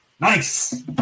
Nice